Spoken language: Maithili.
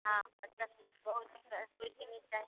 हँ बच्चा सबके बहुत सुन्दर बेटी नहि चाही